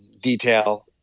detail